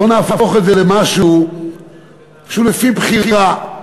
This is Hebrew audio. בוא נהפוך את זה למשהו שהוא לפי בחירה.